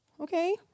Okay